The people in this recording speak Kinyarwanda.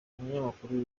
umunyamakuru